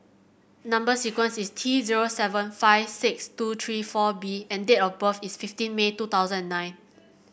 number sequence is T zero seven five six two three four B and date of birth is fifteen May two thousand and nine